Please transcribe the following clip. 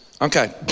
Okay